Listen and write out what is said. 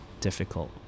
difficult